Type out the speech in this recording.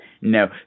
No